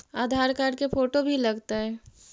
आधार card के photo भी लग तै?